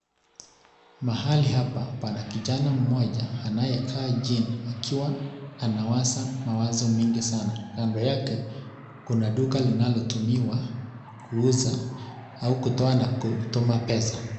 Mahali hapa pana kijana mmoja anayekaa chini akiwa anawaza mawazo mingi sana na mbele yake kuna duka linalotumiwa kuuza au kutoa na kutuma pesa.